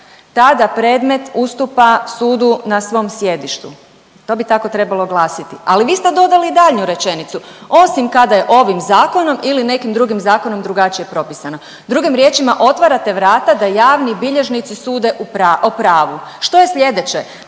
tada predmet ustupa sudu na svom sjedištu, to bi tako trebalo glasiti, ali vi ste dodali daljnju rečenicu, osim kad je ovim zakonom ili nekim drugim zakonom drugačije propisano, drugim riječima otvarate vrata da javni bilježnici sude o pravu. Što je sljedeće?